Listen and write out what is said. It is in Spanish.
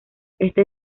este